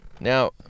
Now